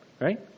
right